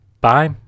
Bye